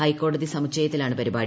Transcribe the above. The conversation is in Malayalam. ഹൈക്കോടതി സമുച്ചയത്തിലാണ് പരിപാടി